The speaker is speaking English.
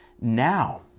now